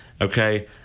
Okay